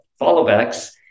followbacks